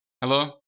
Hello